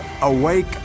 Awake